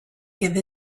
give